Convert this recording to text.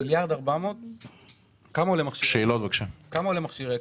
כמה עולה מכשיר אקמו?